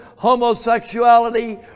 homosexuality